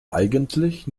eigentlich